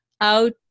out